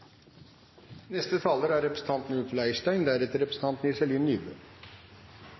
Neste taler er representanten